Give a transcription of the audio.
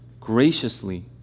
graciously